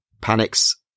panics